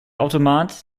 automat